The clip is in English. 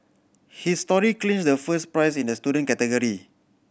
his story clinched the first prize in the student category